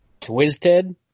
Twisted